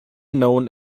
known